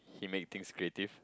he make things creative